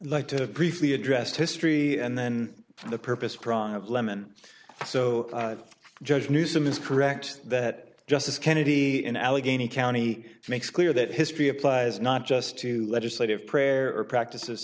like to briefly address history and then for the purpose prong of lemon so judge newsom is correct that justice kennedy in allegheny county makes clear that history applies not just to legislative prayer or practice